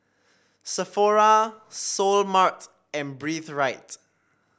Sephora Seoul Mart and Breathe Right